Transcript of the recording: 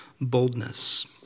boldness